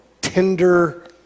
tender